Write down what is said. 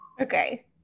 Okay